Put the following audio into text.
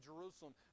Jerusalem